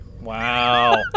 Wow